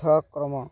ପାଠ୍ୟକ୍ରମ